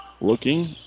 Looking